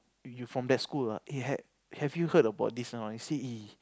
you from that school eh they have have you heard about this a not eh